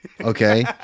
Okay